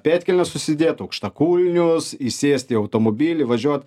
pėdkelnes užsidėt aukštakulnius įsėst į automobilį važiuot